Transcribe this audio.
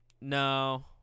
No